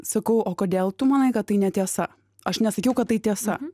sakau o kodėl tu manai kad tai netiesa aš nesakiau kad tai tiesa